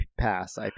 pass